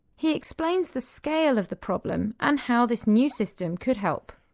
he explains the scale of the problem and how this new system could help.